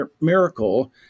miracle